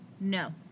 no